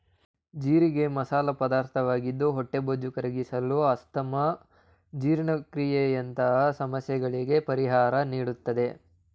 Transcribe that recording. ಜೀರಿಗೆ ಮಸಾಲ ಪದಾರ್ಥವಾಗಿದ್ದು ಹೊಟ್ಟೆಬೊಜ್ಜು ಕರಗಿಸಲು, ಅಸ್ತಮಾ, ಜೀರ್ಣಕ್ರಿಯೆಯಂತ ಸಮಸ್ಯೆಗಳಿಗೆ ಪರಿಹಾರ ನೀಡುತ್ತದೆ